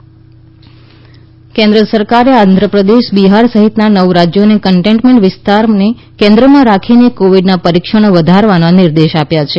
કેન્દ્ર રાજય કોવીડ કેન્દ્ર સરકારે આંધ્રપ્રદેશ બિહાર સહિતના નવ રાજયોને કન્ટેનમેન્ટ વિસ્તારોને કેન્દ્રમાં રાખીને કોવીડના પરિક્ષણો વધારવાનો નિર્દેશ આપ્યો છે